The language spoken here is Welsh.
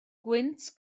gwynt